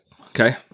Okay